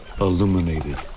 illuminated